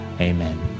Amen